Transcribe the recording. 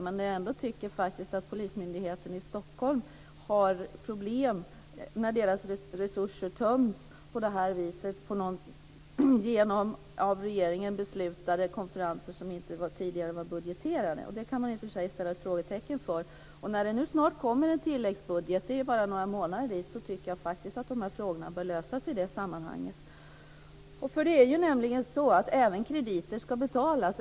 Men polismyndigheten i Stockholm har problem när dess resurser töms på det här viset genom av regeringen beslutade konferenser som inte tidigare var budgeterade. Det kan man i och för sig sätta frågetecken för. När det nu snart kommer en tilläggsbudget - det är bara några månader dit - tycker jag att dessa frågor bör lösas i det sammanhanget. Även krediter ska betalas, och även lån ska betalas.